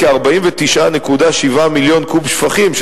כ-49.7 מיליון קוב שפכים,